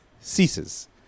ceases